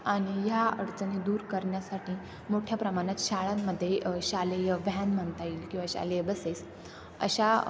आणि ह्या अडचणी दूर करण्यासाठी मोठ्या प्रमाणात शाळांमध्ये शालेय व्हॅन म्हणता येईल किंवा शालेय बसेस अशा